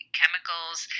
chemicals